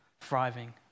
thriving